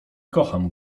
kocham